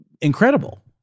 incredible